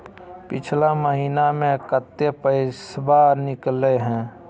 पिछला महिना मे कते पैसबा निकले हैं?